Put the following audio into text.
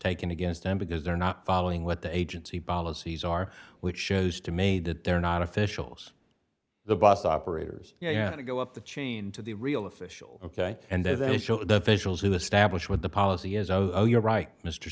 taken against them because they're not following what the agency policies are which shows to me that they're not officials the bus operators yeah to go up the chain to the real official ok and then they show the visuals you establish what the policy is oh you're right mr